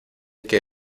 qué